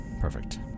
perfect